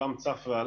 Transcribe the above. הנושא הזה גם צף עלה,